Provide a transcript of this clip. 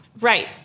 Right